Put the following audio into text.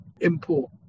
import